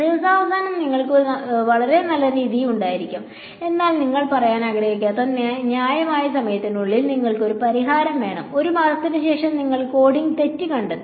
ദിവസാവസാനം നിങ്ങൾക്ക് വളരെ നല്ല രീതി ഉണ്ടായിരിക്കാം എന്നാൽ നിങ്ങൾ പറയാൻ ആഗ്രഹിക്കാത്ത ന്യായമായ സമയത്തിനുള്ളിൽ നിങ്ങൾക്ക് ഒരു പരിഹാരം വേണം 1 മാസത്തിനുശേഷം നിങ്ങൾ കോഡിംഗ് തെറ്റ് കണ്ടെത്തി